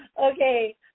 Okay